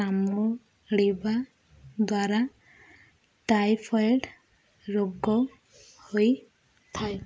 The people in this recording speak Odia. କାମୁଡ଼ିବା ଦ୍ୱାରା ଟାଇଫଏଡ଼୍ ରୋଗ ହୋଇଥାଏ